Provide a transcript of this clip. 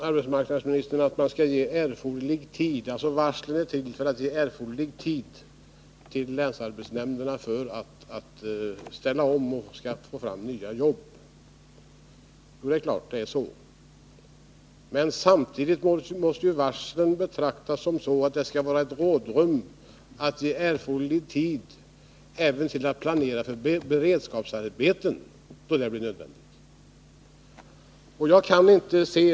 Arbetsmarknadsministern säger vidare att varslen är till för att ge erforderlig tid till länsarbetsnämnderna för att de skall kunna ställa om sig och skaffa fram nya jobb, och det är klart att det är så. Men samtidigt måste ju varslen betraktas som något man har för att ge rådrum och erforderlig tid även för att planera för beredskapsarbeten, när det blir nödvändigt.